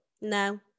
No